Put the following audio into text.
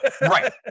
right